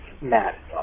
Matt